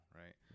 right